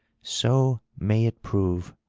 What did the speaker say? so may it prove!